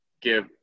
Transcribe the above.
give